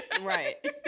Right